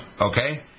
okay